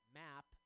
map